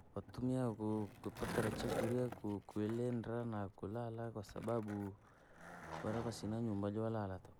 Vatumia ku- kuipatira chakurya, kuilindra nakula kwasababu, vare vasina nyumba jolala tukuu.